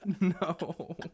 No